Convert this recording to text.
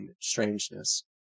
strangeness